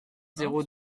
zéro